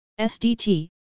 SDT